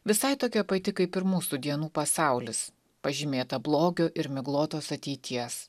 visai tokia pati kaip ir mūsų dienų pasaulis pažymėta blogio ir miglotos ateities